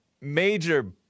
major